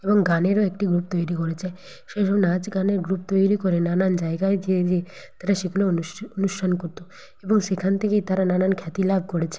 এবং গানেরও একটি গ্রুপ তৈরি করেছে সেসব নাচ গানের গ্রুপ তৈরি করে নানান জায়গায় যেয়ে যেয়ে তারা সেগুলো অনুষ্ঠান করতো এবং সেখান থেকেই তারা নানান খ্যাতি লাভ করেছে